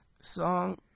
song